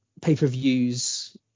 pay-per-views